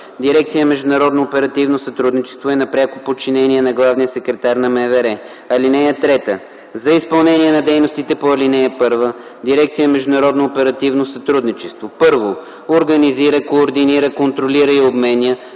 Дирекция “Международно оперативно сътрудничество” е на пряко подчинение на главния секретар на МВР. (3) За изпълнение на дейностите по ал. 1 дирекция “Международно оперативно сътрудничество”: 1. организира, координира, контролира и обменя